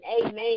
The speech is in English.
amen